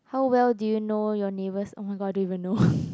how well do you know your neighbours oh my god I don't even know